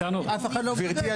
גברתי,